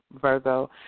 Virgo